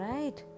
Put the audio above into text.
Right